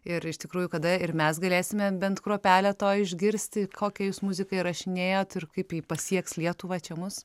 ir iš tikrųjų kada ir mes galėsime bent kruopelę to išgirsti kokią jūs muziką įrašinėjot ir kaip ji pasieks lietuvą čia mus